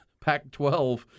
Pac-12